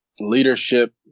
leadership